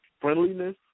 friendliness